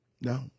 no